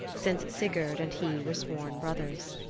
since sigurd and he were sworn brothers.